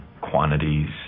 quantities